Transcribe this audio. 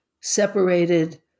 separated